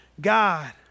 God